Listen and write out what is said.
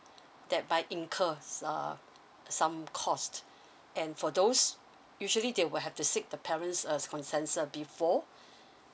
that by incur s~ err some cost and for those usually they will have to seek the parents uh consensus before